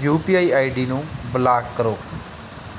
you P I I D ਨੂੰ block ਕਰੋ